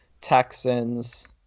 Texans